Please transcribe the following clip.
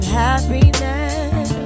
happiness